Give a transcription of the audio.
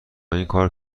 اینکار